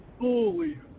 Holy